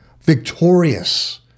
victorious